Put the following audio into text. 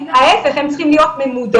ההיפך, הם צריכים להיות ממודרים.